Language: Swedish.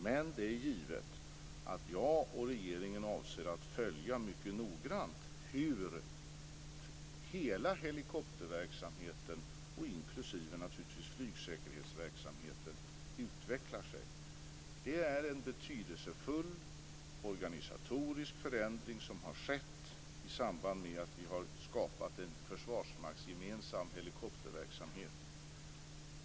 Men det är givet att jag och regeringen avser att mycket noggrant följa hur hela helikopterverksamheten, naturligtvis inklusive flygsäkerhetsverksamheten, utvecklar sig. Det är en betydelsefull organisatorisk förändring som har skett i samband med att vi har skapat en försvarsmaktsgemensam helikopterverksamhet.